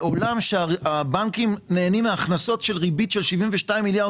בעולם שהבנקים נהנים מהכנסות של ריבית של 72 מיליארד